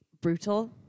brutal